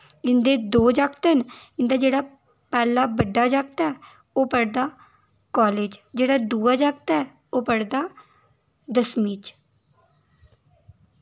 इं'दे दो जागत न इं'दा जेह्ड़ा पैह्ला बड्डा जागत ऐ ओह् पढ़दा कॉलेज जेह्ड़ा दूआ जागत ऐ ओह् पढ़दा दसमीं च